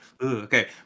okay